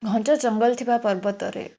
ଘଞ୍ଚ ଜଙ୍ଗଲ ଥିବା ପର୍ବତରେ